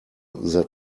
that